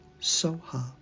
Soha